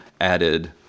added